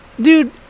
dude